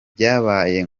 byabaye